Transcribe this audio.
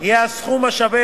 יהיה סכום השווה